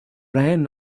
ran